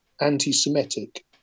anti-Semitic